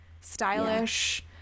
stylish